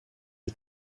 you